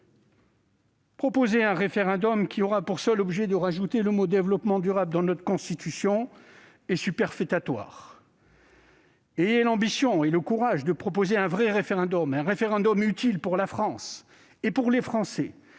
proposer un référendum dont le seul objet serait d'ajouter le mot « développement durable » dans notre Constitution est superfétatoire. Ayez l'ambition et le courage de proposer un vrai référendum, un référendum utile pour la France et les Français,